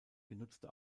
genutzte